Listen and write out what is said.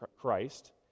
Christ